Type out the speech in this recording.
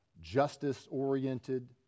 justice-oriented